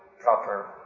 proper